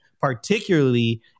particularly